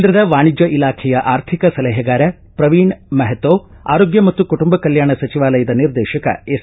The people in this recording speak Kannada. ಕೇಂದ್ರದ ವಾಣಿಜ್ಯ ಇಲಾಖೆಯ ಆರ್ಥಿಕ ಸಲಹೆಗಾರ ಪ್ರವೀಣ ಮೆಹತೋ ಆರೋಗ್ಯ ಮತ್ತು ಕುಟುಂಬ ಕಲ್ಹಾಣ ಸಚಿವಾಲಯದ ನಿರ್ದೇಶಕ ಎಸ್